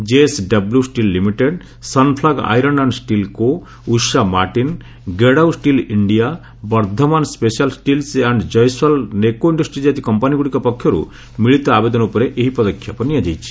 JSW steel limited Sunflag iron and steel co Usha Martin Gerdau steel India Vardhman special steels and Jayaswal Neco industries ଆଦି କମ୍ପାନୀଗୁଡ଼ିକ ପକ୍ଷର୍ତ ମିଳିତ ଆବେଦନ ଉପରେ ଏହି ପଦକ୍ଷେପ ନିଆଯାଇଛି